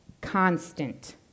constant